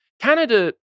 Canada